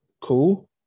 Cool